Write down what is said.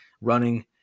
running